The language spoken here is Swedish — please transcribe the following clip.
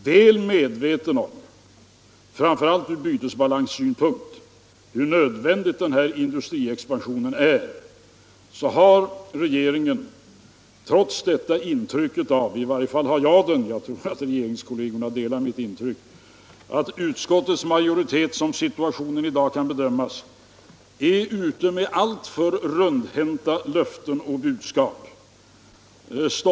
Väl medveten om, framför allt ur bytesbalanssynpunkt, hur nödvändig den här industriexpansionen är har regeringen det intrycket — i varje fall är det mitt eget intryck, och jag tror att regeringskollegerna delar det — att utskottets majoritet, som situationen i dag kan bedömas, sprider ut alltför rundhänta löften och budskap.